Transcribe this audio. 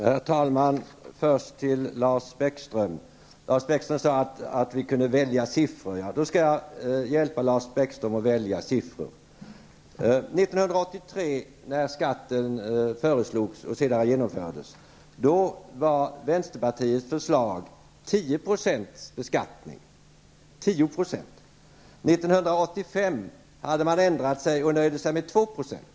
Herr talman! Lars Bäckström sade att vi kunde välja siffror. Jag skall då hjälpa Lars Bäckström att välja siffror. År 1983 när skatten föreslogs och sedan genomfördes var vänsterpartiets förslagen 10-procentig skatt. År 1985 hade man ändrat sig och nöjde sig med 2 %.